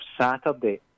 Saturday